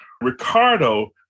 Ricardo